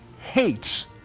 hates